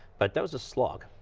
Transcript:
but that was a slog.